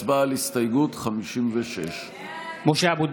הצבעה על הסתייגות 56. (קורא בשמות חברי הכנסת) משה אבוטבול,